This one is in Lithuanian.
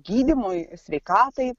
gydymui sveikatai